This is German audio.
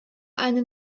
einen